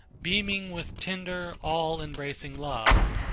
beaming with tender, all-embracing love.